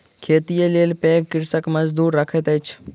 खेतीक लेल पैघ कृषक मजदूर रखैत अछि